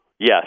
Yes